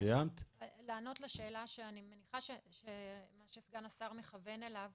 אז לענות לשאלה, שאני מניחה שסגן השר מכוון אליה,